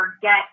forget